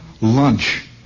lunch